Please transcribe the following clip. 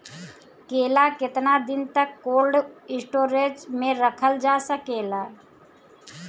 केला केतना दिन तक कोल्ड स्टोरेज में रखल जा सकेला?